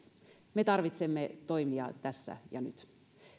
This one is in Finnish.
me tarvitsemme toimia tässä ja nyt